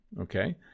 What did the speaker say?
Okay